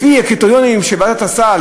לפי הקריטריונים שוועדת הסל